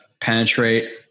penetrate